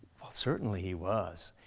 certainly he was.